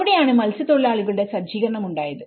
അവിടെയാണ് മത്സ്യതൊഴിലാളികളുടെ സജ്ജീകരണം ഉണ്ടായത്